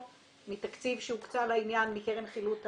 מתקציב שהוקצה לעניין מקרן חילות הסמים.